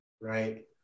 right